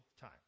time